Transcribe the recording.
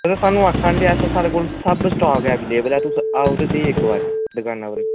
अस थुहानू आक्खा नै की साढ़े कोल सब स्टॉक एबेलएवल ऐ तुस आओ ते सेही इक्क बारी दुकानै र